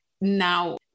Now